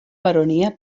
baronia